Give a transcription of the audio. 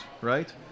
Right